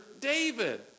David